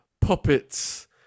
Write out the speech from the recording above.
puppets